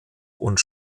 und